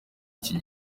iki